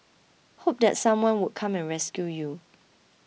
hope that someone would come and rescue you